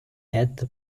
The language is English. eighth